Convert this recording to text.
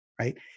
Right